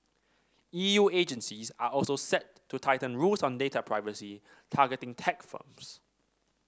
E U agencies are also set to tighten rules on data privacy targeting tech firms